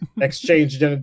exchange